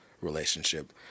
relationship